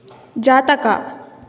ಜಾತಕ